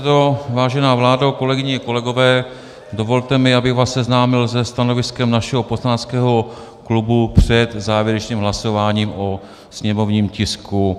Pane místopředsedo, vážená vládo, kolegyně a kolegové, dovolte mi, abych vás seznámil se stanoviskem našeho poslaneckého klubu před závěrečným hlasováním o sněmovním tisku 509.